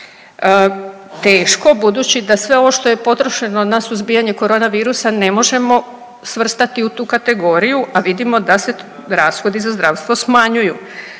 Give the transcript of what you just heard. Teško, budući da sve ovo što je potrošeno na suzbijanje korona virusa ne možemo svrstati u tu kategoriju, a vidimo da se rashodi za zdravstvo smanjuju.